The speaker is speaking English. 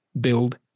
build